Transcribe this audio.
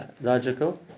logical